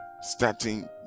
starting